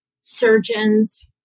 surgeons